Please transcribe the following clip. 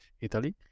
Italy